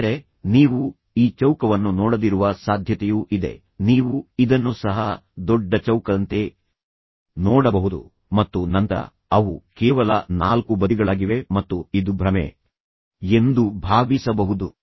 ಆದರೆ ನೀವು ಈ ಚೌಕವನ್ನು ನೋಡದಿರುವ ಸಾಧ್ಯತೆಯೂ ಇದೆ ನೀವು ಇದನ್ನು ಸಹ ಕೇವಲ ಚಿಕ್ಕದಂತಲ್ಲ ಒಂದು ದೊಡ್ಡ ಚೌಕದಂತೆ ನೋಡಬಹುದು ಮತ್ತು ನಂತರ ಅವು ಕೇವಲ ನಾಲ್ಕು ಬದಿಗಳಾಗಿವೆ ಮತ್ತು ನಂತರ ನೀವು ಇದು ಕೇವಲ ಒಂದು ಭ್ರಮೆ ಎಂದು ಭಾವಿಸಬಹುದು